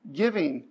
giving